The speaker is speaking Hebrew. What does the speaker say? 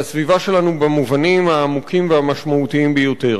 על הסביבה שלנו במובנים העמוקים והמשמעותיים ביותר.